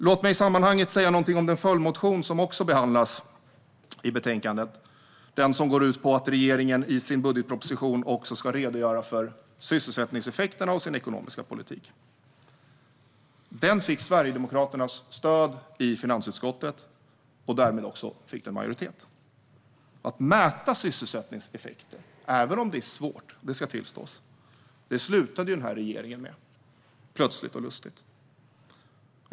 Låt mig i sammanhanget säga något om den följdmotion som också behandlas i betänkandet. Den går ut på att regeringen i sin budgetproposition också ska redogöra för sysselsättningseffekterna av sin ekonomiska politik. Den fick Sverigedemokraternas stöd i finansutskottet, och därmed fick den också stöd av en majoritet. Att mäta sysselsättningseffekter, vilket jag tillstår är svårt, slutade regeringen med hastigt och lustigt.